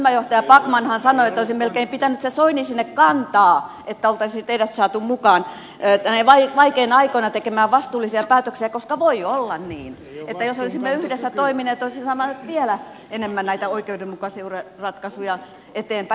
ryhmänjohtaja backmanhan sanoi että olisi melkein pitänyt se soini sinne kantaa että olisi teidät saatu mukaan näinä vaikeina aikoina tekemään vastuullisia päätöksiä koska voi olla niin että jos olisimme yhdessä toimineet olisimme saaneet vielä enemmän näitä oikeudenmukaisia ratkaisuja eteenpäin